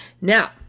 Now